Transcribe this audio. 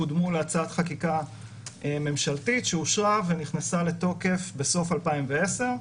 קודמו להצעת חקיקה ממשלתית שאושרה ונכנסה לתוקף בסוף 2010,